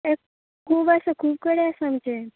एक खूब आसा खूब कडेन आसा आमचे